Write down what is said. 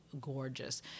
gorgeous